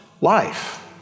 life